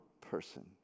person